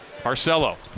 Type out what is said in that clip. Marcelo